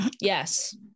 Yes